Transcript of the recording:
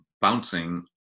bouncing